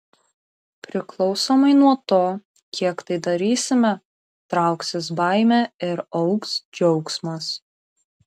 priklausomai nuo to kiek tai darysime trauksis baimė ir augs džiaugsmas